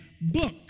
book